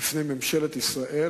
בפני ממשלת ישראל.